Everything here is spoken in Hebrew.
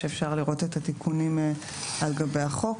ואפשר לראות את התיקונים על גבי החוק.